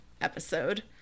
Episode